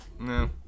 no